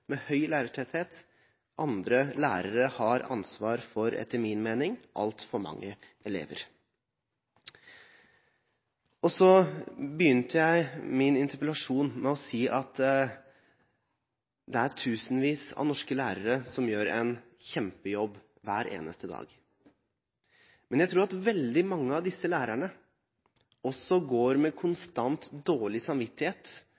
med høy lærertetthet, andre lærere har ansvar for – etter min mening – altfor mange elever. Så begynte jeg min interpellasjon med å si at det er tusenvis av norske lærere som gjør en kjempejobb hver eneste dag. Men jeg tror at veldig mange av disse lærerne også går med konstant dårlig samvittighet